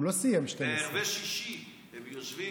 הוא לא סיים 12, בערבי שישי הם יושבים.